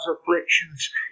afflictions